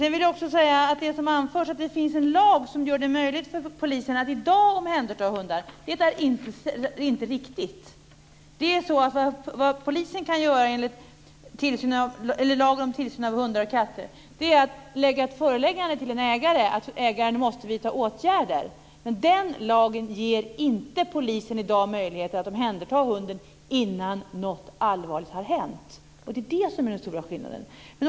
Sedan vill jag också säga att det som har anförts om att det finns en lag som gör det möjligt för polisen att i dag omhänderta hundar inte är riktigt. Vad polisen kan göra enligt lagen om tillsyn av hundar och katter är att förelägga en ägare att vidta åtgärder. Men den lagen ger inte polisen möjlighet att i dag omhänderta hunden innan något allvarligt har hänt, och det är det som är den stora skillnaden.